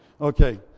Okay